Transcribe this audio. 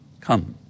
Come